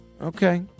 Okay